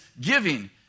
giving